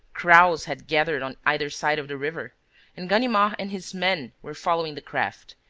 crowds had gathered on either side of the river and ganimard and his men were following the craft,